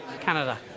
Canada